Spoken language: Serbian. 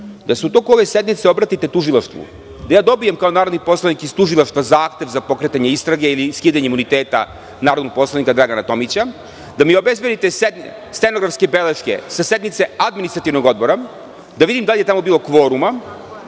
da se u toku ove sednice obratite tužilaštvu, da ja dobijem, kao narodni poslanik iz tužilaštva zahtev za pokretanje istrage ili skidanje imuniteta narodnog poslanika Dragana Tomića, da mi obezbedite stenografske beleške sa sednice Administrativnog odbora, da vidim da li je tamo bilo kvoruma,